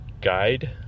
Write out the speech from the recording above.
guide